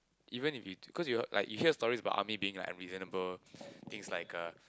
even if it to cause you hear like you hear stories about army being like unreasonable things like uh